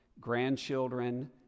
grandchildren